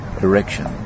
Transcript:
direction